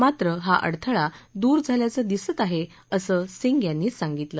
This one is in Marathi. मात्र हा अडथळा दूर झाल्याचं दिसत आहे असं सिंह यांनी सांगितलं